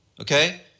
okay